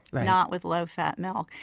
not with low-fat milk.